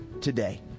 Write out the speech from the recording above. today